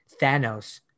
Thanos